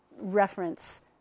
reference